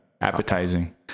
appetizing